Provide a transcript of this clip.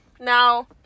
Now